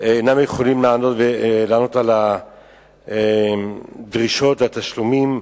אינן יכולות לענות על הדרישות והתשלומים.